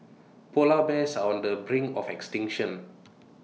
Polar Bears are on the brink of extinction